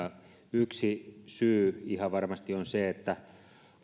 yksi syy ihan varmasti on se että